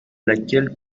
laquelle